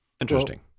Interesting